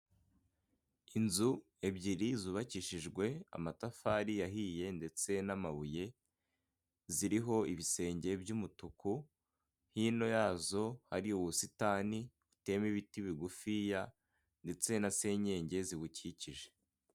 Inzu ebyiri zubakishijwe amatafari ahiye ndetse n'amabuye, ziriho ibisenge by'umutuku hino yazo hari ubusitani buteyemo ibiti bigufiya ndetse na senyenge zibukikije.